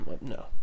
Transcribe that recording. no